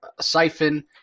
Siphon